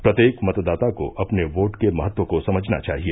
प्रत्येक मतदाता को अपने वोट के महत्व को समझना चाहिए